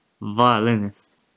violinist